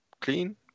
clean